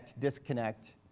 disconnect